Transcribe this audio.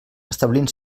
establint